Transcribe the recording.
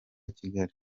kigali